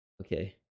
Okay